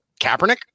Kaepernick